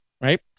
Right